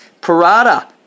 Parada